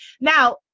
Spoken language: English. Now